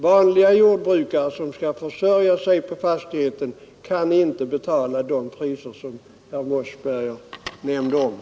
Vanliga jordbrukare, som skall försörja sig på fastigheten, kan inte betala de priser som herr Mossberger nämnde.